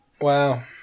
Wow